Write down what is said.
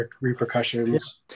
repercussions